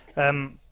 and